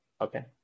okay